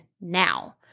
now